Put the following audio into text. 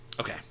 Okay